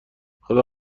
خدا